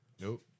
Nope